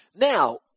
Now